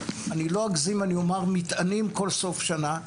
אני לא אגזים אם אני אומר "מתענים" כל סוף שנה,